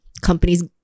companies